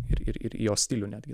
ir ir ir jo stilių netgi